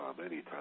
anytime